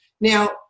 Now